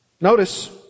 Notice